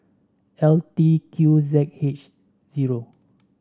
L T Q Z H zero